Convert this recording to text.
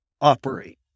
operate